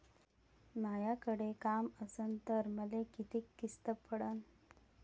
मायाकडे काम असन तर मले किती किस्त पडन?